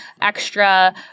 extra